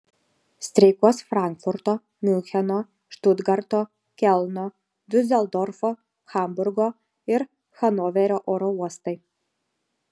streikuos frankfurto miuncheno štutgarto kelno diuseldorfo hamburgo ir hanoverio oro uostai